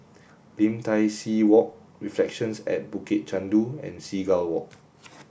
Lim Tai See Walk Reflections at Bukit Chandu and Seagull Walk